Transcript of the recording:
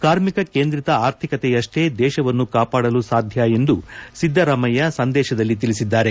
ಕಾರ್ಮಿಕ ಕೇಂದ್ರಿತ ಆರ್ಥಿಕತೆಯಷ್ಷೇ ದೇಶವನ್ನು ಕಾಪಾಡಲು ಸಾಧ್ಯ ಎಂದು ಸಿದ್ದರಾಮಯ್ಯ ಸಂದೇಶದಲ್ಲಿ ತಿಳಿಸಿದ್ದಾರೆ